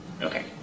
Okay